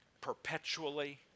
perpetually